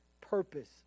purpose